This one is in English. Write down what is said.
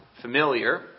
familiar